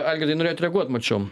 algirdai norėjot reaguot mačiau